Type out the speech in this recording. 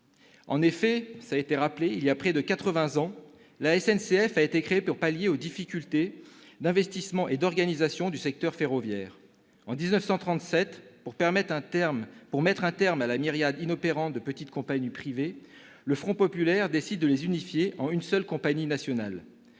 En effet, il y a près de quatre-vingts ans, la SNCF a été créée pour pallier les difficultés d'investissements et d'organisation du secteur ferroviaire. En 1937, pour mettre un terme à la myriade inopérante de petites compagnies privées, le Front populaire a décidé de les unifier en une seule compagnie nationale.